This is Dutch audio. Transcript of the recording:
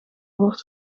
woord